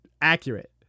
accurate